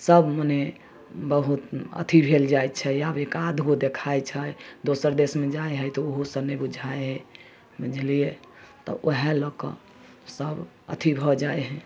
सब मने बहुत अथी भेल जाइ छै आब एक आध गो देखाइ छै दोसर देशमे जाइ है तऽ ओहो सब नहि बुझाइ है बुझलियै तऽ ओहए लऽ कऽ सब अथी भऽ जाय है